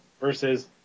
versus